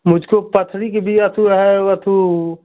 मुझको पथरी की भैया अथु है अथु